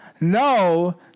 no